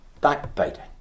backbiting